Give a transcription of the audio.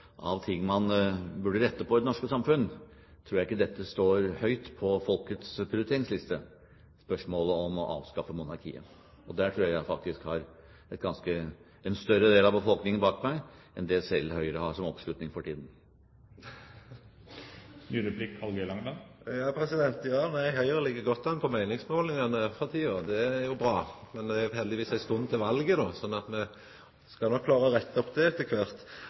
av ting man burde rette på i det norske samfunn, tror jeg ikke spørsmålet om å avskaffe monarkiet står høyt på folkets prioriteringsliste. Der tror jeg faktisk at jeg har en større del av befolkningen bak meg enn det selv Høyre har i oppslutning for tiden. Høgre ligg godt an på meiningsmålingane for tida. Det er jo bra. Men det er heldigvis ei stund til valet, slik at me skal nok klara å retta opp det etter